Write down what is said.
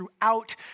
throughout